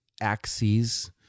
axes